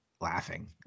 laughing